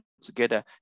together